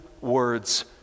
words